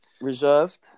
reserved